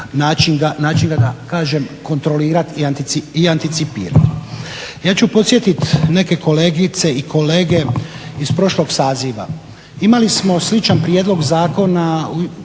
način ga da kažem kontrolirati i anticipirati. Ja ću podsjetiti neke kolegice i kolege iz prošlog saziva, imali smo sličan prijedlog zakona